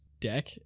deck